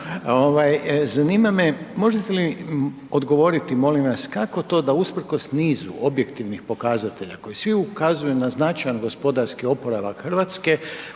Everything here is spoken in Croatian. Zanima me, možete li odgovoriti, molim vas, kako to da usprkos nizu objektivnih pokazatelja koji svi ukazuju na značajan gospodarski oporavak Hrvatske